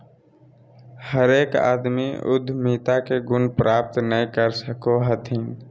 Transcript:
हरेक आदमी उद्यमिता के गुण प्राप्त नय कर सको हथिन